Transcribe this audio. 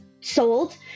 sold